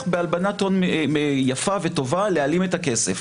בהלבנת הון יפה וטובה להלבין את הכסף.